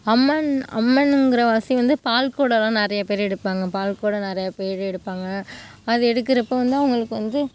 அம்மன் அம்மனுங்கிற ஆசை வந்து பால் குடம்லான் நிறையா பேர் எடுப்பாங்க பால் குடம் நிறையா பேர் எடுப்பாங்க அது எடுக்குறப்போ வந்து அவங்களுக்கு வந்து